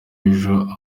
ejo